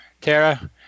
Tara